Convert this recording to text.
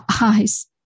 eyes